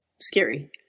Scary